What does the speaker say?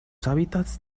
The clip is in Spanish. hábitats